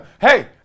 Hey